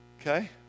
Okay